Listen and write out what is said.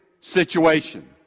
situation